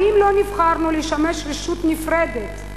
האם לא נבחרנו לשמש רשות נפרדת,